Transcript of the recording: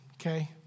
okay